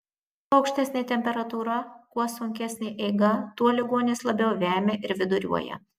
kuo aukštesnė temperatūra kuo sunkesnė eiga tuo ligonis labiau vemia ir viduriuoja